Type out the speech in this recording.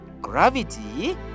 gravity